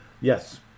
yes